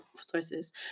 sources